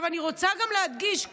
אני רוצה להדגיש,